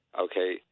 okay